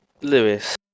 Lewis